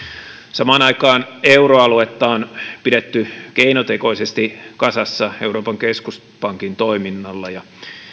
samaan aikaan euroaluetta on pidetty keinotekoisesti kasassa euroopan keskuspankin toiminnalla